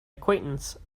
acquaintance